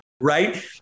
Right